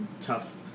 tough